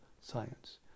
science